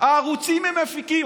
הערוצים הם מפיקים.